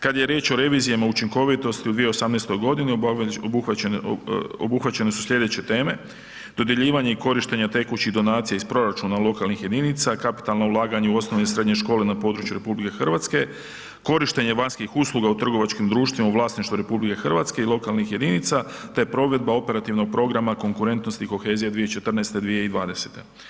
Kada je riječ o revizijama učinkovitosti u 2018. g. obuhvaćene su sljedeće teme, dodjeljivanje i korištenje tekućih donacija iz proračuna lokalnih jedinca, kapitalno ulaganje u osnovno i srednje škole na području RH, korištenje vanjskih usluga u trgovačkih društvima u vlasništvu RH i lokalnih jedinica, te provedba operativnog provedba, konkurentnosti kohezija 2014.-2020.